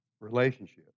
relationship